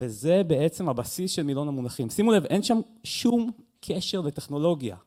וזה בעצם הבסיס של מילון המונחים. שימו לב, אין שם שום קשר לטכנולוגיה.